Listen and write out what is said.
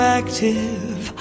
active